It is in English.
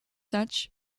such